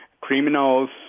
criminals